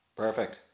Perfect